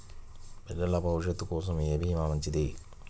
పిల్లల భవిష్యత్ కోసం ఏ భీమా మంచిది?